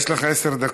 יש לך עשר דקות.